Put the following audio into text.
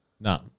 No